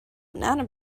banana